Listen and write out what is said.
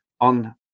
on